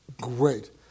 great